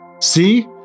See